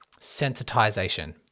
sensitization